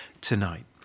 tonight